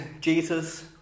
Jesus